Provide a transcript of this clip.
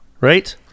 right